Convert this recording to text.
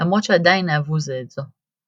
למרות שעדיין אהבו זה את זה,